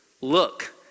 Look